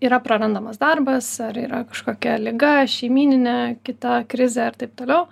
yra prarandamas darbas ar yra kažkokia liga šeimyninė kita krizė ir taip toliau